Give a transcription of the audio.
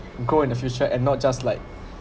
go in the future and not just like